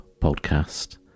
Podcast